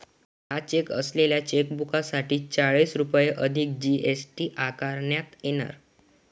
दहा चेक असलेल्या चेकबुकसाठी चाळीस रुपये अधिक जी.एस.टी आकारण्यात येणार